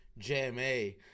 JMA